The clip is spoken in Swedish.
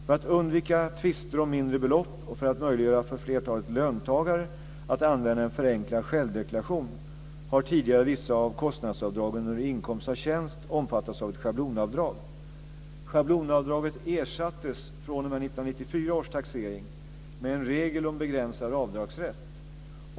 För att undvika tvister om mindre belopp och för att möjliggöra för flertalet löntagare att använda en förenklad självdeklaration har tidigare vissa av kostnadsavdragen under inkomst av tjänst omfattats av ett schablonavdrag. Schablonavdraget ersattes fr.o.m. 1994 års taxering med en regel om begränsad avdragsrätt.